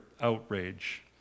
outrage